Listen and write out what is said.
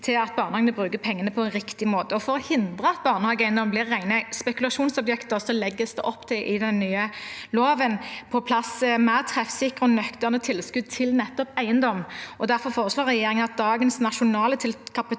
til at barnehagene bruker pengene på en riktig måte. For å hindre at barnehageeiendom blir rene spekulasjonsobjekter, legges det opp til, i det som blir nytt i loven, å få på plass mer treffsikre og nøkterne tilskudd til nettopp eiendom. Derfor foreslår regjeringen at dagens nasjonale